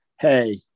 Hey